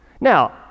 Now